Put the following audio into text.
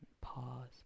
Pause